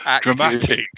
dramatic